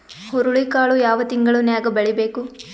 ಹುರುಳಿಕಾಳು ಯಾವ ತಿಂಗಳು ನ್ಯಾಗ್ ಬೆಳಿಬೇಕು?